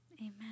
Amen